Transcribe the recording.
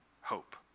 hope